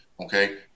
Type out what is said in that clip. okay